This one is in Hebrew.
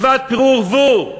מצוות פרו ורבו.